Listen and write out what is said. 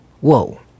whoa